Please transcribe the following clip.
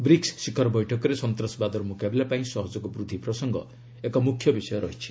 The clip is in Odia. ବ୍ରିକ୍ ଶିଖର ବୈଠକରେ ସନ୍ତାସବାଦର ମ୍ରକାବିଲା ପାଇଁ ସହଯୋଗ ବୃଦ୍ଧି ପ୍ରସଙ୍ଗ ଏକ ମ୍ରଖ୍ୟ ବିଷୟ ରହିଛି